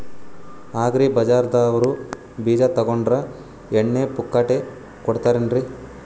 Agri ಬಜಾರದವ್ರು ಬೀಜ ತೊಗೊಂಡ್ರ ಎಣ್ಣಿ ಪುಕ್ಕಟ ಕೋಡತಾರೆನ್ರಿ?